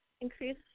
increase